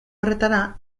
horretara